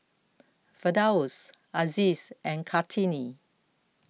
Firdaus Aziz and Kartini